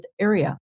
area